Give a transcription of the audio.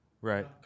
Right